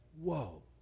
whoa